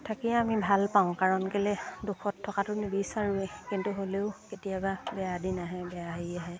থাকিয়ে আমি ভাল পাওঁ কাৰণ কেলে দুখত থকাটো নিবিচাৰোঁৱে কিন্তু হ'লেও কেতিয়াবা বেয়া দিন আহে বেয়া হেই আহে